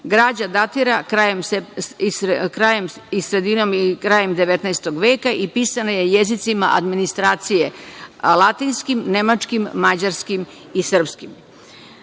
Građa datira krajem i sredinom 19. veka i pisana je jezicima administracije, latinskim, nemačkim, mađarskim i srpskim. Na